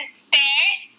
stairs